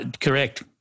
Correct